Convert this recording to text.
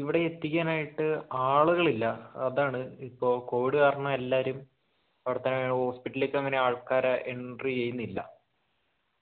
ഇവിടെ എത്തിക്കാനായിട്ട് ആളുകളില്ല അതാണ് ഇപ്പോൾ കോവിഡ് കാരണം എല്ലാവരും അവിടുത്തെ ഹോസ്പിറ്റലിലേക്കങ്ങനെ ആൾക്കാരെ എൻട്രി ചെയ്യുന്നില്ല